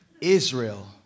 Israel